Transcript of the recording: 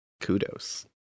Kudos